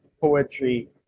poetry